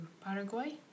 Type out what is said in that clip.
Paraguay